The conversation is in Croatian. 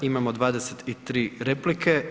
Imamo 23 replike.